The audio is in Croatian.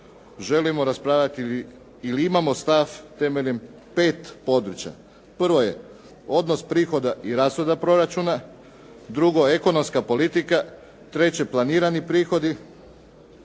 želimo raspravljati ili imamo stav temeljem pet područja: 1. je odnos prihoda i rashoda proračuna, 2. ekonomska politika, 3. planirani prihodi,